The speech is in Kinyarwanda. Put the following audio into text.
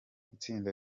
itsinda